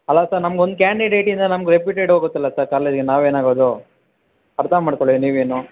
ಅಲ್ಲ ಸರ್ ನಮಗೊಂದು ಕ್ಯಾಂಡಿಡೇಟಿಂದ ನಮಗೆ ರೆಪ್ಯೂಟೆಡ್ ಹೋಗುತ್ತಲ್ಲ ಸರ್ ಕಾಲೇಜಿಗೆ ನಾವೇನಾಗೋದು ಅರ್ಥ ಮಾಡ್ಕೊಳ್ಳಿ ನೀವೇನೂ